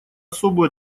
особую